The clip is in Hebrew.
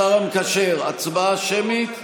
השר המקשר, הצבעה שמית?